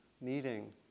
meeting